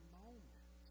moment